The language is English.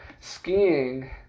Skiing